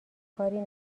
کاری